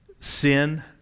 sin